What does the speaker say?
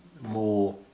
more